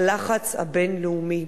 הלחץ הבין-לאומי.